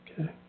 Okay